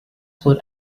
what